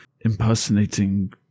impersonating